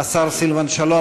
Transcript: השר סילבן שלום,